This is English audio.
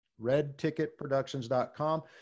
Redticketproductions.com